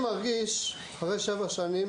אחרי שבע שנים,